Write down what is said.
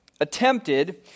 attempted